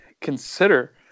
consider